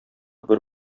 бер